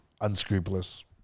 unscrupulous